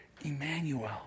Emmanuel